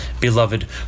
Beloved